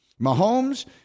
Mahomes